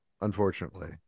Unfortunately